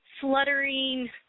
fluttering